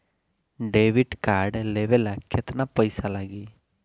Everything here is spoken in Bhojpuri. डेबिट कार्ड लेवे ला केतना पईसा लागी?